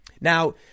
Now